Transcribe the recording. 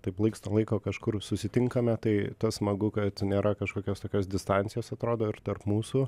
taip laiks nuo laiko kažkur susitinkame tai tas smagu kad nėra kažkokios tokios distancijos atrodo ir tarp mūsų